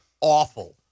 awful